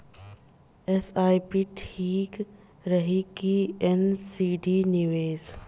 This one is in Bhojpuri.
एस.आई.पी ठीक रही कि एन.सी.डी निवेश?